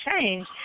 change